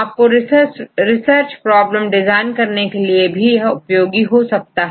यह आपको research problem design करने के लिए भी उपयोगी हो सकता है